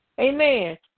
Amen